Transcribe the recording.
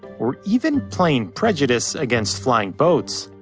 or even plain prejudice against flying boats.